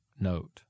note